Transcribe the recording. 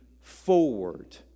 forward